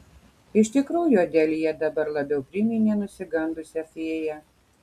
iš tikrųjų adelija dabar labiau priminė nusigandusią fėją